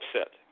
upset